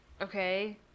okay